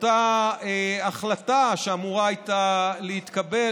אותה החלטה שאמורה הייתה להתקבל,